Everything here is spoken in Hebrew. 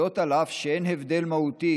זאת, אף שאין הבדל מהותי